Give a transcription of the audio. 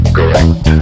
Correct